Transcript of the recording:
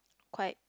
quite